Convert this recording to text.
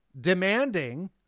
demanding